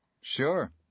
Sure